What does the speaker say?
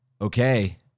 Okay